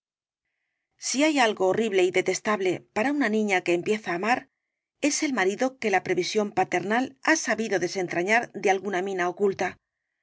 si hay algo horrible y detestable para una niña que empieza á amar es el marido que la previsión paternal ha sabido desentrañar de alguna mina oculta